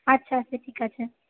আচ্ছা আচ্ছা ঠিক আছে